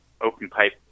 open-pipe